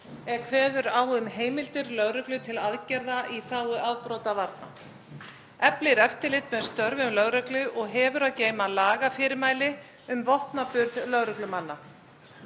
er kveður á um heimildir lögreglu til aðgerða í þágu afbrotavarna, eflir eftirlit með störfum lögreglu og hefur að geyma lagafyrirmæli um vopnaburð lögreglumanna.